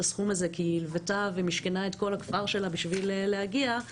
הסכום הזה כי היא הלוותה ומשכנה את כל הכפר שלה בשביל להגיע לא